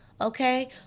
okay